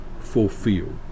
fulfilled